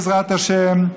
בעזרת השם,